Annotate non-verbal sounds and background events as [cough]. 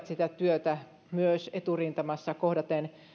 [unintelligible] sitä työtä eturintamassa kohdaten